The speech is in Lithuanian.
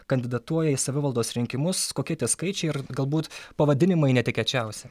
kandidatuoja į savivaldos rinkimus kokie tie skaičiai ir galbūt pavadinimai netikėčiausi